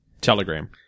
Telegram